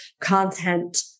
content